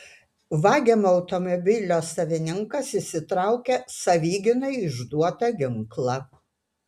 vagiamo automobilio savininkas išsitraukė savigynai išduotą ginklą